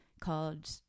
called